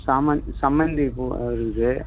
சாமன் சம்மந்தி பூ அது இருக்கு